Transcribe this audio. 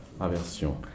Aversion